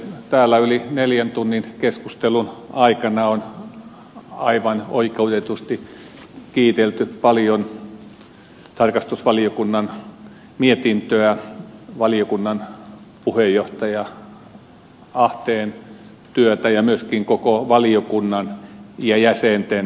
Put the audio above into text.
täällä yli neljän tunnin keskustelun aikana on aivan oikeutetusti kiitelty paljon tarkastusvaliokunnan mietintöä valiokunnan puheenjohtaja ahteen työtä ja myöskin koko valiokunnan ja jäsenten